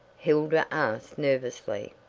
hilda asked nervously.